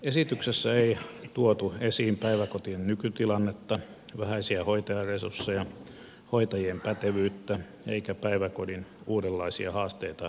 esityksessä ei tuotu esiin päiväkotien nykytilannetta vähäisiä hoitajaresursseja hoitajien pätevyyttä eikä päiväkodin uudenlaisia haasteita nyky yhteiskunnassa